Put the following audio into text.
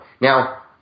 Now